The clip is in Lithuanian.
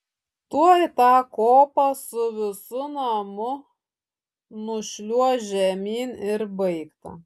tuoj tą kopą su visu namu nušliuoš žemyn ir baigta